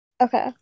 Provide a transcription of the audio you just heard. Okay